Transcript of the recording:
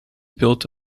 built